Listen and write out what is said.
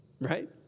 right